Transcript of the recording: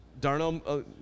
Darnell